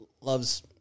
Loves